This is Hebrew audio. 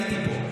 הייתי פה.